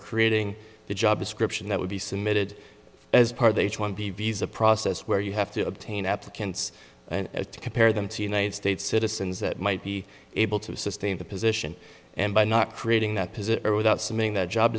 creating the job description that would be submitted as part of a one b visa process where you have to obtain applicants and compare them to united states citizens that might be able to sustain the position and by not creating that position without seeming that job